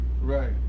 right